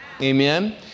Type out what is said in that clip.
Amen